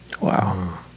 Wow